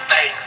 Hey